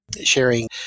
sharing